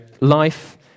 life